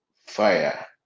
fire